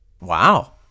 Wow